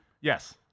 Yes